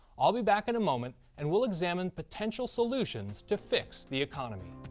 i'll be back in a moment and we'll examine potential solutions to fix the economy.